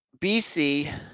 BC